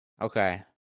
Okay